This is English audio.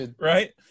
Right